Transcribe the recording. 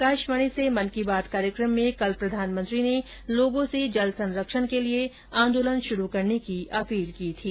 आकाशवाणी से मन की बात कार्यक्रम में कल प्रधानमंत्री ने लोगों से जल संरक्षण के लिए आंदोलन शुरू करने की अपील की थी